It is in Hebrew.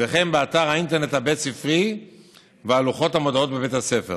וכן באתר האינטרנט הבית-ספרי ועל לוחות המודעות בבית הספר.